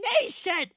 nation